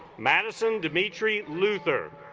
madison dimitri luthor